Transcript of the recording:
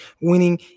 winning